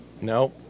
no